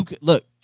look